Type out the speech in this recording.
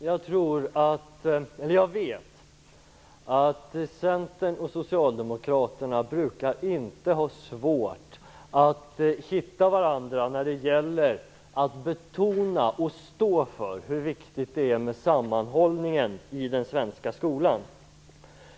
Herr talman! Jag vet att Centern och Socialdemokraterna inte brukar ha svårt att hitta varandra när det gäller att betona och stå för hur viktigt det är med sammanhållningen i den svenska skolan.